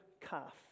calf